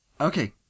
Okay